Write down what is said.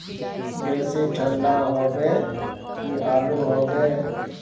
बेसी ठंडा होबे की आलू होबे